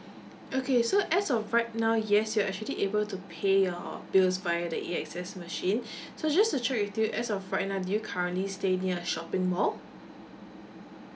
okay so as of right now yes you're actually able to pay your bills via the A_X_S machine so just to check with you as of right now do you currently stay near a shopping mall